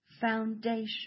foundation